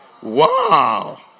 Wow